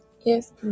Yes